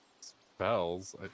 spells